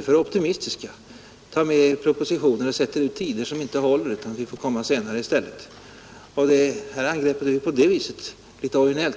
alltför optimistiska, tar med för många propositioner och sätter ut tider som inte håller, så att propositionerna får komma senare i stället. Det här angreppet är på det viset litet originellt.